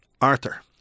Arthur